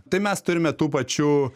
tai mes turime tų pačių